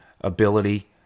ability